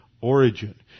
origin